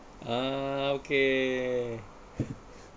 ah okay